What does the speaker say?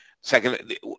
second